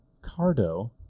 cardo